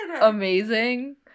amazing